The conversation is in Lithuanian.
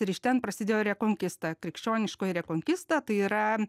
ir iš ten prasidėjo rekonkista krikščioniškoji rekonkista tai yra